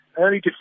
Early